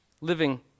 Living